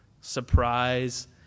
surprise